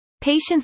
Patients